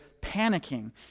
panicking